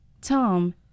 Tom